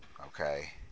Okay